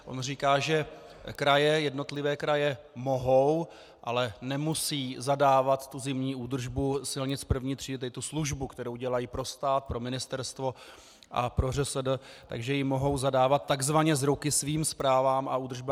On říká, že kraje, jednotlivé kraje mohou, ale nemusí zadávat zimní údržbu silnic první třídy, tedy tu službu, kterou dělají pro stát, pro ministerstvo a pro ŘSD, že ji mohou zadávat tzv. z ruky svým správám a údržbám silnic.